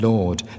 Lord